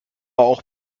auch